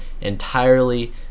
entirely